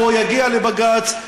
והוא יגיע לבג"ץ,